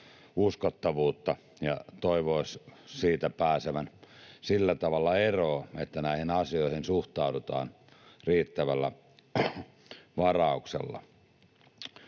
uskottavuutta, ja toivoisi siitä päästävän sillä tavalla eroon, että näihin asioihin suhtaudutaan riittävällä varauksella.